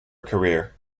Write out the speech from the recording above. career